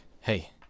hey